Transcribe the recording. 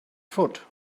foot